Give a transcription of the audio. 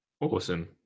Awesome